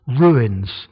ruins